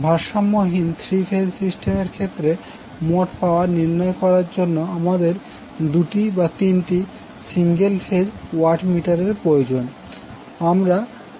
ভারসাম্যহীন three phase সিস্টেমের ক্ষেত্রে মোট পাওয়ার নির্ণয় করার জন্য আমাদের দুটি বা তিনটি সিঙ্গেল ফেজ ওয়াট মিটার এর প্রয়োজন